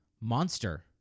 Monster